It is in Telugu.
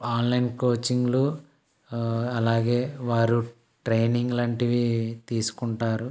ఆన్లైన్ కోచింగ్లూ అలాగే వారు ట్రైనింగ్ అలాంటివి తీసుకుంటారు